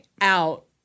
out